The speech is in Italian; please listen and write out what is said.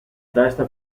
testa